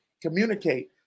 communicate